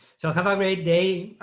so have a great day.